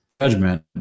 judgment